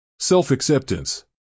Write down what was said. self-acceptance